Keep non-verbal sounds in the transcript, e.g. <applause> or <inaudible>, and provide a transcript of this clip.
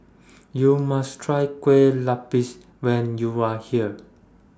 <noise> YOU must Try Kueh Lupis when YOU Are here